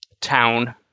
town